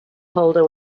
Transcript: holder